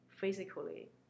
physically